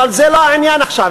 אבל זה לא העניין עכשיו.